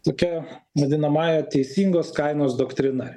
tokia vadinamąja teisingos kainos doktrina